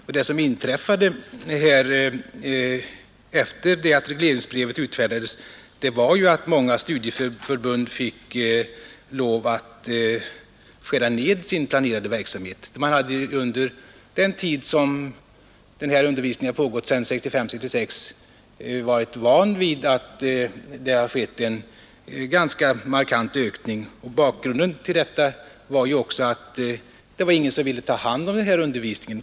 Vad som inträffade här efter det att regleringsbrevet utfärdats var att många studieförbund måste skära ner sin planerade verksamhet. De hade under den tid som denna undervisning pågått sedan 1965/66 varit vana vid att det skett en ganska markant ökning, och bakgrunden till detta var att ingen annan ville ta hand om denna undervisning.